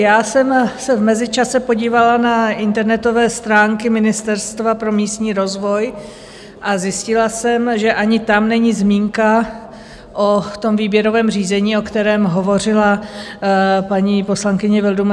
Já jsem se v mezičase podívala na internetové stránky Ministerstva pro místní rozvoj a zjistila jsem, že ani tam není zmínka o tom výběrovém řízení, o kterém hovořila paní poslankyně Vildumetzová Mračková.